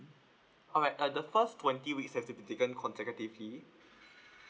alright uh the first twenty weeks has to be taken consecutively